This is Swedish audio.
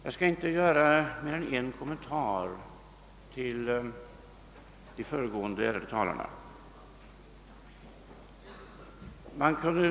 Jag skall inte göra mer än en kommentar till de förgående ärade talarnas anföranden.